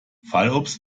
fallobst